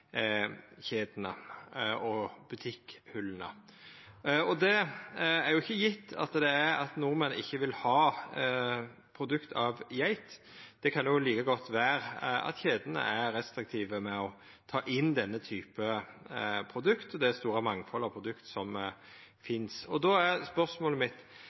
og butikkhyllene. Det er jo ikkje gitt at nordmenn ikkje vil ha produkt av geit; det kan like godt vera at kjedene er restriktive med å ta inn denne typen produkt og det store mangfaldet av produkt som finst. Då er spørsmålet mitt: